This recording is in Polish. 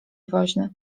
woźny